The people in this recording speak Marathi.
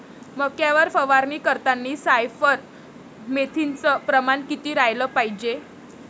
मक्यावर फवारनी करतांनी सायफर मेथ्रीनचं प्रमान किती रायलं पायजे?